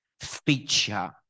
feature